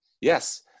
Yes